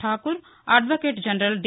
Tagore advocate general D